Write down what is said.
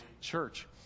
church